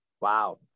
Wow